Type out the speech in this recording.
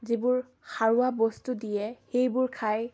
যিবোৰ সাৰুৱা বস্তু দিয়ে সেইবোৰ খাই